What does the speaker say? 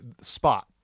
Spot